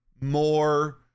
more